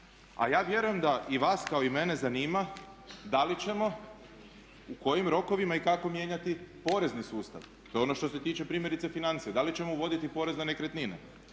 A ja vjerujem da i vas kao i mene zanima da li ćemo, u kojim rokovima i kako mijenjati porezni sustav? To je ono što se tiče primjerice financija. Da li ćemo uvoditi porez na nekretnine.